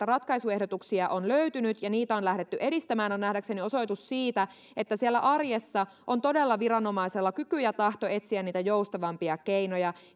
ratkaisuehdotuksia on löytynyt ja niitä on lähdetty edistämään on nähdäkseni osoitus siitä että siellä arjessa on todella viranomaisella kyky ja tahto etsiä niitä joustavampia keinoja